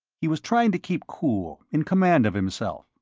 he was trying to keep cool, in command of himself.